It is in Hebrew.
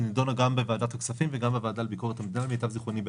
היא נידונה גם בוועדת הכספים וגם בוועדה לביקורת המדינה למיטב זכרוני,